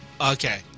Okay